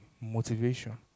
motivation